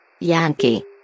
Yankee